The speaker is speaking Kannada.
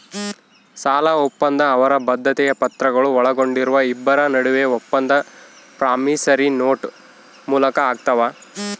ಸಾಲಒಪ್ಪಂದ ಅವರ ಬದ್ಧತೆಯ ಪತ್ರಗಳು ಒಳಗೊಂಡಿರುವ ಇಬ್ಬರ ನಡುವೆ ಒಪ್ಪಂದ ಪ್ರಾಮಿಸರಿ ನೋಟ್ ಮೂಲಕ ಆಗ್ತಾವ